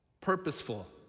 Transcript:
purposeful